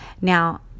Now